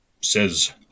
says